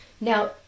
Now